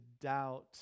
doubt